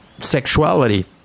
sexuality